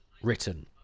written